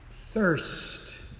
thirst